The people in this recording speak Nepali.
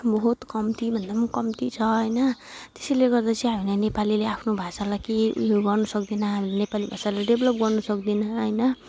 बहुत कम्ती भन्दा पनि कम्ती छ हैन त्यसैले गर्दा चाहिँ हामीले नेपालीले आफ्नो भाषालाई केही ऊ यो गर्न सक्दिन हामी नेपाली भाषालाई डेभलप गर्न सक्दिन हैन